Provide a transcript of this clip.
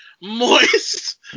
moist